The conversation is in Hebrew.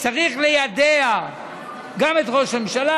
צריך ליידע גם את ראש הממשלה,